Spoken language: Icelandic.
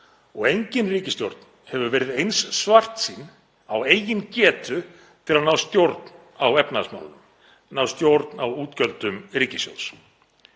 og engin ríkisstjórn hefur verið eins svartsýn á eigin getu til að ná stjórn á efnahagsmálunum, ná stjórn á útgjöldum ríkissjóðs.